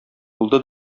булды